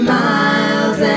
miles